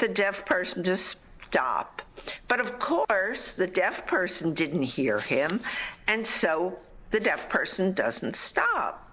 the deaf person just stop but of course the deaf person didn't hear him and so the deaf person doesn't stop